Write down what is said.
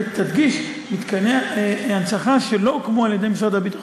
תדגיש: מתקני הנצחה שלא הוקמו על-ידי משרד הביטחון.